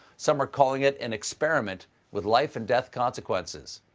some are calling it an experiment with life-and-death consequences.